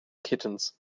kittens